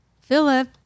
Philip